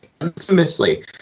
infamously